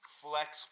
flex